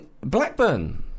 Blackburn